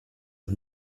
und